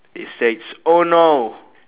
it states oh no